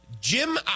Jim